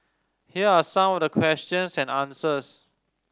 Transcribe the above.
here are some of the questions and answers